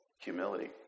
humility